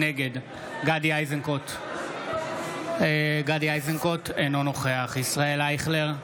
נגד גדי איזנקוט, אינו נוכח ישראל אייכלר,